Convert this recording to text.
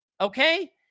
Okay